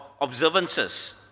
observances